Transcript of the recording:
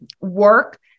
work